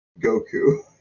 Goku